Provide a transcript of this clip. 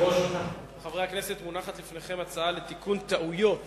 חברי הכנסת, מונחת לפניכם הצעה לתיקון טעויות